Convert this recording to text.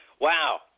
Wow